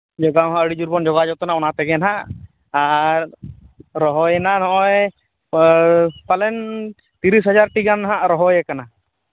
ᱡᱚᱜᱟᱣ ᱦᱚᱸ ᱟᱹᱰᱤ ᱡᱳᱨ ᱵᱚᱱ ᱡᱚᱜᱟᱣ ᱡᱚᱛᱚᱱᱟ ᱚᱱᱟ ᱛᱮᱜᱮ ᱱᱟᱦᱟᱜ ᱟᱨ ᱨᱚᱦᱚᱭᱱᱟ ᱱᱚᱜᱼᱚᱭ ᱯᱟᱞᱮᱱ ᱛᱤᱨᱤᱥ ᱦᱟᱡᱟᱨᱴᱤ ᱜᱟᱱ ᱨᱚᱦᱚᱭ ᱠᱟᱱᱟ